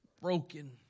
broken